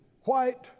white